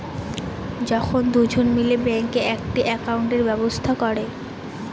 যখন দুজন মিলে ব্যাঙ্কে একটি একাউন্টের ব্যবস্থা করে